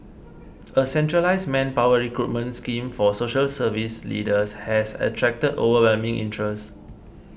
a centralised manpower recruitment scheme for social service leaders has attracted overwhelming interest